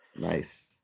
nice